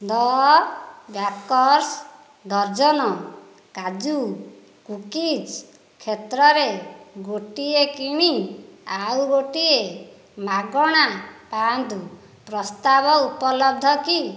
ଦ bakers dozen kaju cookies କ୍ଷେତ୍ରରେ ଗୋଟିଏ କିଣି ଆଉ ଗୋଟିଏ ମାଗଣା ପାଆନ୍ତୁ ପ୍ରସ୍ତାବ ଉପଲବ୍ଧ କି